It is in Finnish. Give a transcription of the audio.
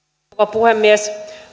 puhemies